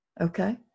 Okay